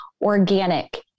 organic